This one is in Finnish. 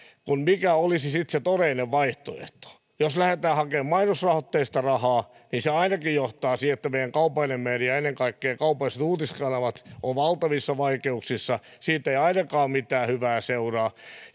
mikä olisi sitten se todellinen vaihtoehto jos lähdetään hakemaan mainosrahaa niin se ainakin johtaa siihen että meidän kaupallinen media ennen kaikkea kaupalliset uutiskanavat on valtavissa vaikeuksissa siitä ei ainakaan mitään hyvää seuraa